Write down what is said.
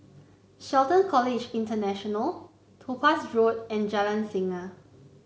Shelton College International Topaz Road and Jalan Singa